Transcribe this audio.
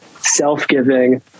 self-giving